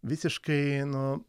visiškai nu